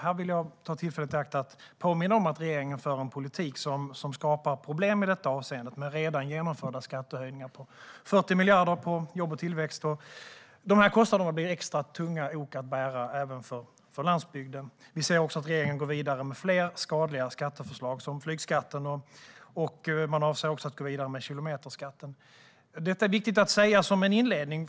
Här vill jag ta tillfället i akt att påminna om att regeringen för en politik som skapar problem i detta avseende med redan genomförda skattehöjningar med 40 miljarder på jobb och tillväxt. Dessa kostnader blir extra tunga ok att bära för landsbygden. Vi ser också att regeringen går vidare med fler skadliga skatteförslag, som flygskatten. Man avser också att gå vidare med kilometerskatten. Detta är viktigt att säga som en inledning.